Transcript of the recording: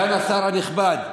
סגן השר הנכבד,